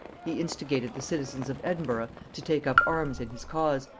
he instigated the citizens of edinburgh to take up arms in his cause,